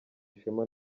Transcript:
ishema